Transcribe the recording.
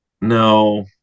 no